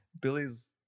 billy's